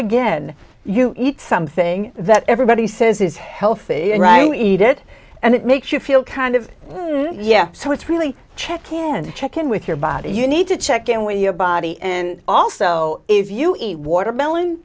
again you eat something that everybody says is healthy and it makes you feel kind of yeah so it's really check can check in with your body you need to check in with your body and also if you eat watermelon